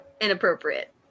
Inappropriate